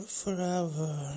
forever